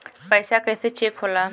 पैसा कइसे चेक होला?